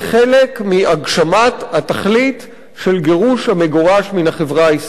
מהגשמת התכלית של גירוש המגורש מן החברה הישראלית,